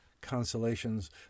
constellations